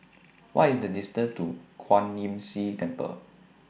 What IS The distance to Kwan Imm See Temple